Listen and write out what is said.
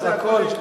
הכול.